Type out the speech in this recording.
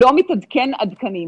לא מתעדכן עדכני.